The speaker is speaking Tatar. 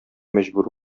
мәҗбүр